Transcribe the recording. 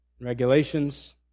regulations